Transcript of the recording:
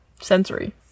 Sensory